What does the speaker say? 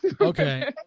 Okay